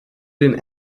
den